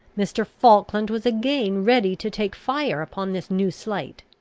mr. falkland was again ready to take fire upon this new slight,